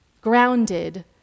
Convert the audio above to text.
grounded